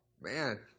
Man